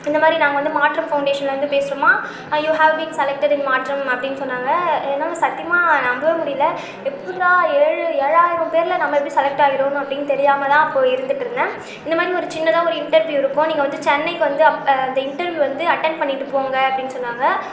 இந்தமாதிரி மாற்றம் ஃபௌண்டேஷன்லேருந்து பேசுகிறோம்மா you have been selected in Maatram அப்படின்னு சொன்னாங்க என்னால் சத்தியமாக நம்பவே முடியலை எப்பிட்றா ஏழு ஏழாயிரம் பேரில் நம்ம எப்படி செலக்ட் ஆகினோம் அப்படின்னு தெரியாமல் தான் அப்போ இருந்துட்டுருந்தேன் இந்தமாதிரி சின்னதாக ஒரு இண்டெர்வியூ இருக்கும் நீங்கள் வந்து சென்னைக்கு வந்து அப் அந்த இண்டெர்வியூ வந்து அட்டென்ட் பண்ணிட்டு போங்க அப்படின்னு சொன்னாங்க